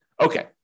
Okay